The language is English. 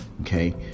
Okay